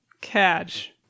catch